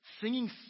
singing